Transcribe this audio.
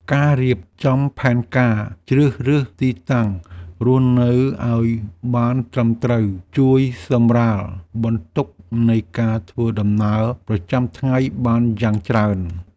ការរៀបចំផែនការជ្រើសរើសទីតាំងរស់នៅឱ្យបានត្រឹមត្រូវជួយសម្រាលបន្ទុកនៃការធ្វើដំណើរប្រចាំថ្ងៃបានយ៉ាងច្រើន។